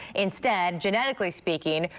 instead genetically speaking.